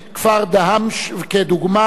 כפר דהמש כדוגמה,